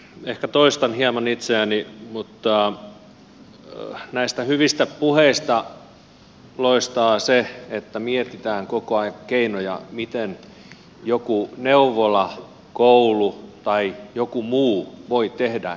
ehkä toistan hieman itseäni mutta näistä hyvistä puheista loistaa se että mietitään koko ajan keinoja miten joku neuvola koulu tai muu voi tehdä jotain paremmin